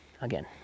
Again